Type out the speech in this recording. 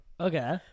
Okay